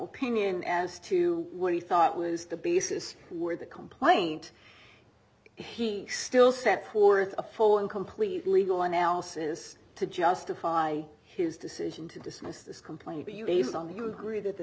opinion as to what he thought was the basis for the complaint he still set forth a full and complete legal analysis to justify his decision to dismiss this complaint you based on the agree that the